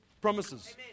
promises